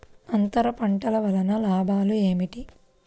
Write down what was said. అంతర పంటల వలన లాభాలు ఏమిటి?